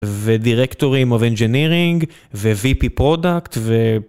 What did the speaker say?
ודירקטורים of engineering, ו-vp product ו...